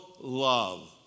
love